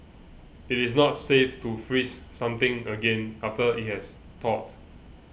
it is not safe to freeze something again after it has thawed